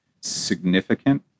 significant